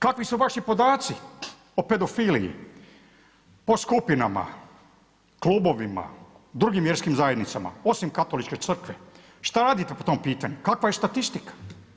Kakvi su vaši podaci o pedofiliji, po skupinama, klubovima, drugim vjerskim zajednicama osim Katoličke crkve, šta radite po tom pitanju, kakva je statistika?